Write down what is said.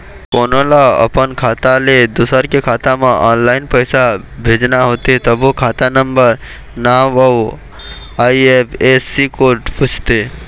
कोनो ल अपन खाता ले दूसर के खाता म ऑनलाईन पइसा भेजना होथे तभो खाता नंबर, नांव अउ आई.एफ.एस.सी कोड पूछथे